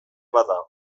bada